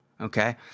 okay